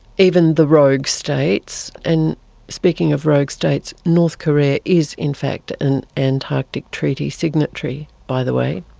even the rogue states, and speaking of rogue states, north korea is in fact an antarctic treaty signatory, by the way,